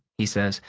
he says,